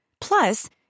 Plus